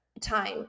time